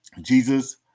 Jesus